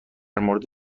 مورد